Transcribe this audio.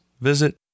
visit